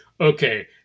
okay